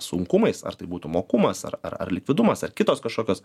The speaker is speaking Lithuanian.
sunkumais ar tai būtų mokumas ar ar ar likvidumas ar kitos kažkokios